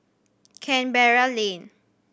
Canberra Lane